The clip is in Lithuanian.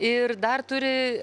ir dar turi